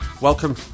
welcome